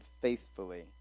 faithfully